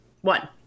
one